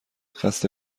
خسته